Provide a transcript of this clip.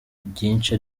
byinshi